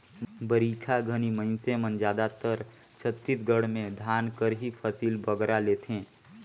बरिखा घनी मइनसे मन जादातर छत्तीसगढ़ में धान कर ही फसिल बगरा लेथें